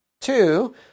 Two